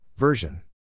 Version